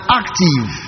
active